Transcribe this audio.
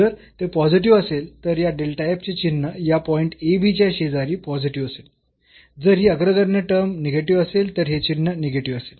जर ते पॉझिटिव्ह असेल तर या चे चिन्ह या पॉईंट च्या शेजारी पॉझिटिव्ह असेल जर ही अग्रगण्य टर्म निगेटिव्ह असेल तर हे चिन्ह निगेटिव्ह असेल